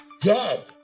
dead